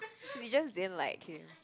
you just didn't like him